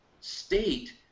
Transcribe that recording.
state